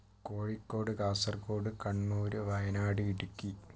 Kozhikode Kasaragod Kannur Wayanad Idukki